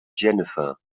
jennifer